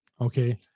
Okay